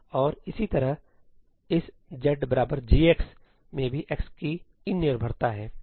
और इसी तरह इस 'z g' में भी x की 'in'निर्भरता है